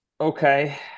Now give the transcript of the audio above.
Okay